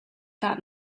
that